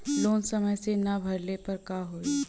Loan समय से ना भरले पर का होयी?